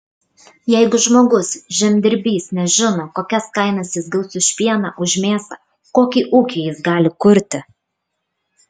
jeigu žmogus žemdirbys nežino kokias kainas jis gaus už pieną už mėsą kokį ūkį jis gali kurti